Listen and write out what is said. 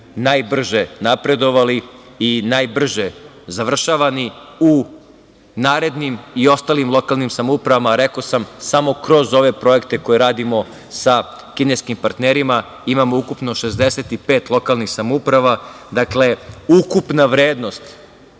najbrže napredovali i najbrže završavani. U narednim i ostalim lokalnim samoupravama, rekao sam, samo kroz ove projekte koje radimo sa kineskim partnerima. Imamo ukupno 65 lokalnih samouprava. Dakle, ukupna vrednost